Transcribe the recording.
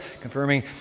confirming